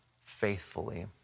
faithfully